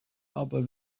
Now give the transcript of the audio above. aber